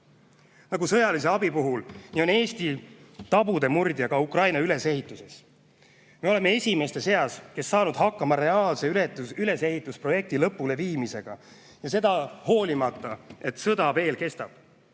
Nagu sõjalise abi puhul, on Eesti tabude murdja ka Ukraina ülesehituses. Me oleme esimeste seas, kes saanud hakkama reaalse ülesehitusprojekti lõpuleviimisega, ja seda hoolimata sellest, et sõda veel kestab.